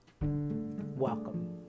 welcome